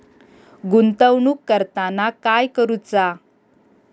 गुंतवणूक करताना काय करुचा?